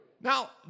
Now